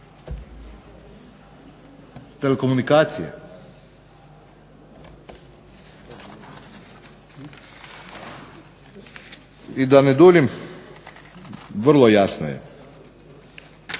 Telekomunikacije i da ne duljim vrlo jasno je